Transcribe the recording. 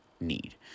need